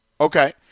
Okay